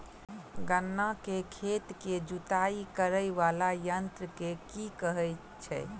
गन्ना केँ खेत केँ जुताई करै वला यंत्र केँ की कहय छै?